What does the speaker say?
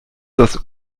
das